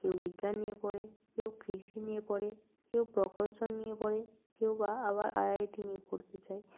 কেউ বিজ্ঞান নিয়ে পড়ে কেউ কৃষি নিয়ে পড়ে কেউ প্রকৌশল নিয়ে পড়ে কেউ বা আবার আইআইটি নিয়ে পড়তে চায়